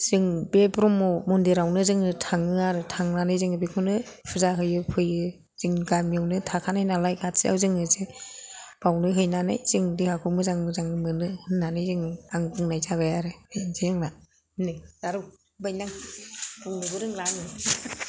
जों बे ब्रह्म मन्दिरावनो जोङो थाङो आरो थांनानै जोङो बेखौनो फुजा हैयो फैयो जों गामियावनो थाखानाय नालाय खाथियाव जोङो जे बेयावनो हैनानै जों देहाखौ मोजां मोनो होन्नानै जोङो आं बुंनाय जाबाय आरो दोननोसै होनब्ला नै जारौ जाबाय दां बुंनोबो रोंला आङो